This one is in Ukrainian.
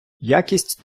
якість